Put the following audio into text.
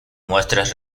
muestras